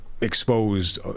exposed